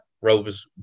Rover's